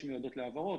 להעברות,